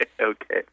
Okay